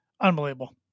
unbelievable